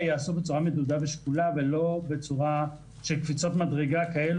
ייעשו בצורה מדודה ושקולה ולא בצורה של קפיצות מדרגה כאלה